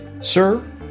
Sir